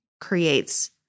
creates